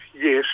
yes